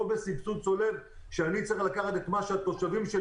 לא בסבסוד צולב כשאני צריך לקחת את מה שהתושבים שלי